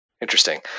Interesting